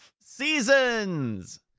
Seasons